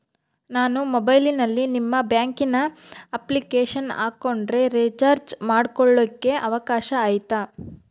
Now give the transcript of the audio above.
ನಾನು ಮೊಬೈಲಿನಲ್ಲಿ ನಿಮ್ಮ ಬ್ಯಾಂಕಿನ ಅಪ್ಲಿಕೇಶನ್ ಹಾಕೊಂಡ್ರೆ ರೇಚಾರ್ಜ್ ಮಾಡ್ಕೊಳಿಕ್ಕೇ ಅವಕಾಶ ಐತಾ?